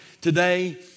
today